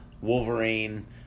Wolverine